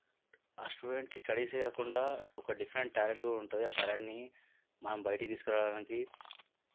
ఆ స్టూడెంట్ కి స్టడీసే కాకుండా ఒక డిఫరెంట్ ట్యాలెంట్ కూడా ఉంటుంది ఆ ట్యాలెంట్ని మనం బయటికి తీసుకురావడానికి